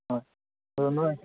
ꯍꯣꯏ